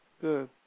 good